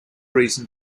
reason